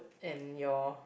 and your